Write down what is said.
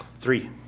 three